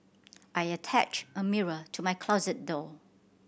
I attached a mirror to my closet door